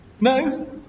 No